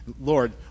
Lord